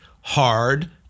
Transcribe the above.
hard